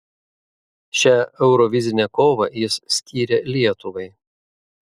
šią eurovizinę kovą jis skyrė lietuvai